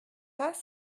pas